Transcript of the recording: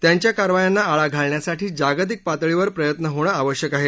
त्यांच्या कारवायांना आळा घालण्यासाठी जागतिक पातळीवर प्रयत्न होणं आवश्यक आहे